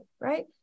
right